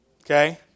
Okay